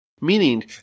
meaning